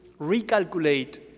recalculate